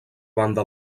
banda